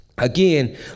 Again